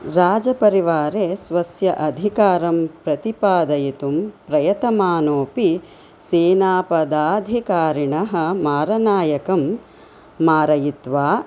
राजपरिवारे स्वस्य अधिकारं प्रतिपादयितुं प्रयतमानोपि सेनापदाधिकारिणः मरनायकं मारयित्त्वा